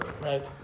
Right